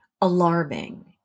alarming